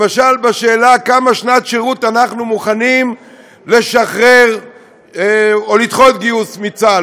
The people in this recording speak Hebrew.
למשל בשאלה כמה לשנת שירות אנחנו מוכנים לשחרר או לדחות גיוס מצה"ל,